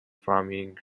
flaming